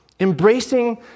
Embracing